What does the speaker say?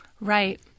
Right